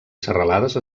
serralades